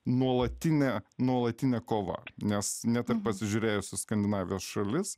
nuolatinė nuolatinė kova nes net ir pasižiūrėjus į skandinavijos šalis